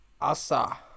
Asa